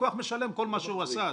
הלקוח משלם כל מה שהוא עשה,